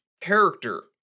character